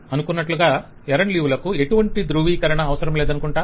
అనుకునట్లుగా ఎరండు లీవ్ లకు ఎటువంటి ధృవీకరణ అవసరం లేదనుకుంటా